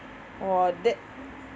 !wah! that